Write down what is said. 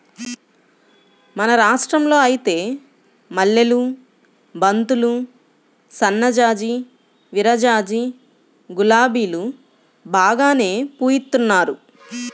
మన రాష్టంలో ఐతే మల్లెలు, బంతులు, సన్నజాజి, విరజాజి, గులాబీలు బాగానే పూయిత్తున్నారు